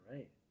Right